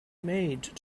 made